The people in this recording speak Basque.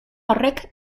horrek